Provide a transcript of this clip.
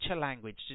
language